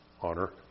Honor